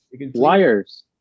wires